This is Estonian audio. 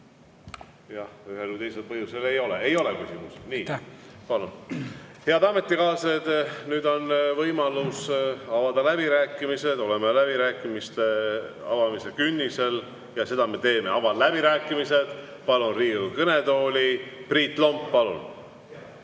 ühel või teisel põhjusel ei ole. Ei ole küsimusi. Head ametikaaslased, nüüd on võimalus avada läbirääkimised. Oleme läbirääkimiste avamise künnisel ja seda me teeme, avan läbirääkimised ja palun Riigikogu kõnetooli Priit Lombi. Palun!